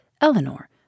Eleanor